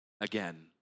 again